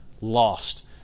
lost